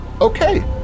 Okay